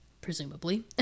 Presumably